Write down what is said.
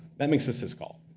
that makes a syscall.